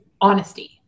honesty